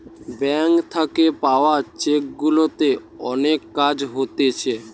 bank থাকে পাওয়া cheque গুলাতে অনেক কাজ হতিছে